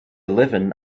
eleven